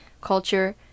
culture